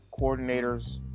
Coordinators